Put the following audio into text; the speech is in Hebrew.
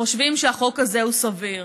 חושבים שהחוק הזה הוא סביר.